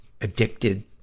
addicted